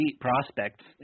prospects